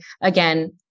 again